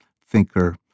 thinker